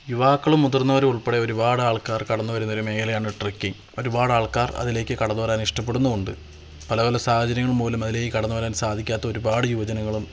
യുവാക്കളും മുതിര്ന്നവരും ഉള്പ്പെടെ ഒരുപാട് ആള്ക്കാര് കടന്നു വരുന്ന ഒരു മേഖലയാണ് ട്രക്കിംഗ് ഒരുപാട് ആള്ക്കാര് അതിലേക്ക് കടന്നു വരാന് ഇഷ്ടപ്പെടുന്നും ഉണ്ട് പലപല സാഹചര്യങ്ങൾ മൂലം അതിലേക്ക് കടന്നു വരാന് സാധിക്കാത്ത ഒരുപാട് യുവജനങ്ങളും